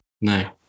No